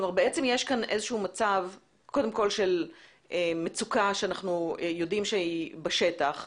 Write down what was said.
כלומר יש כאן מצב של מצוקה שאנחנו יודעים שהיא בשטח,